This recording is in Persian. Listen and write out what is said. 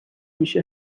میشه